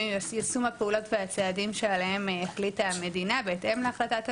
עם יישום הפעולות והצעדים שעליהם החליטה המדינה בהתאם להחלטת הממשלה,